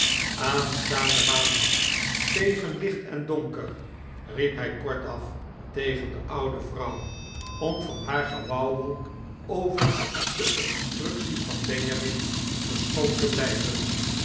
aanstaanden maandag tegen licht en donker riep hg kortaf tegen de oude vrouw om van haar gewauwel over de obstructies van benjamin verschoond te blgven